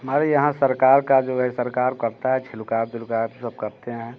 हमारे यहाँ सरकार का जो है सरकार करता है सब करते हैं